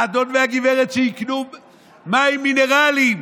והאדון והגברת שיקנו מים מינרליים,